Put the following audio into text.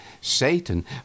Satan